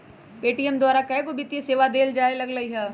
Paytm द्वारा कएगो वित्तीय सेवा देल जाय लगलई ह